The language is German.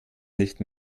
nicht